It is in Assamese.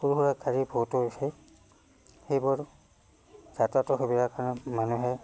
সৰু সুৰা গাড়ী বহুতো হৈছে সেইবোৰ যাতায়তৰ সুবিধাৰ কাৰণে মানুহে